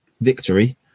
Victory